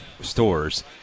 stores